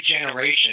generation